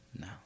No